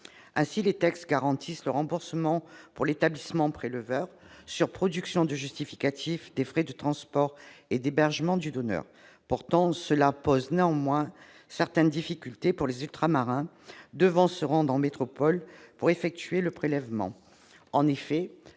Ainsi, les textes garantissent le remboursement par l'établissement préleveur, sur production de justificatifs, des frais de transport et d'hébergement du donneur. Cela pose néanmoins certaines difficultés pour les Ultramarins devant se rendre en métropole pour effectuer le prélèvement.